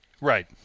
Right